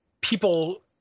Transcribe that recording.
people –